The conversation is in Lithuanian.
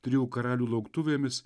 trijų karalių lauktuvėmis